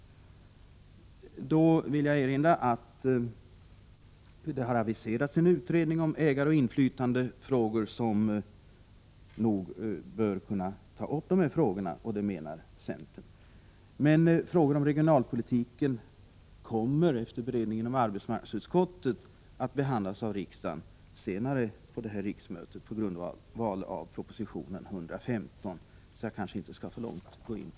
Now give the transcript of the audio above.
Jag vill erinra om att en utredning har aviserats om ägaroch inflytandefrågor, och denna utredning borde enligt centern ta upp dessa frågor. Frågor om regionalpolitiken kommer emellertid, efter beredning inom arbetsmarknadsutskottet, att behandlas av riksdagen senare under detta riksmöte, på grundval av proposition 115. Jag skall därför inte gå in för mycket på detta.